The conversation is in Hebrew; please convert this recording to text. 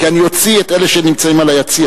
כי אני אוציא את אלה שנמצאים ביציע.